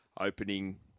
opening